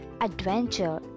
Adventure